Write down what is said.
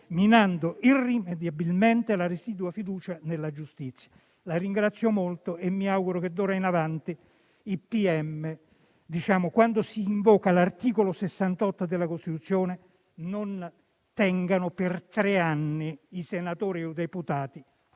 minando irrimediabilmente la residua fiducia nella giustizia. Io mi auguro che d'ora in avanti i pubblici ministeri, quando si invoca l'articolo 68 della Costituzione, non tengano per tre anni i senatori e i deputati appesi